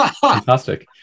Fantastic